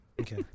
okay